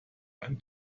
ein